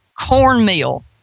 cornmeal